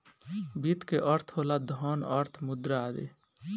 वित्त के अर्थ होला धन, अर्थ, मुद्रा आदि